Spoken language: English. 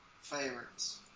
favorites